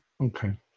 Okay